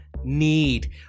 need